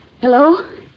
Hello